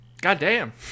Goddamn